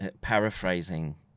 paraphrasing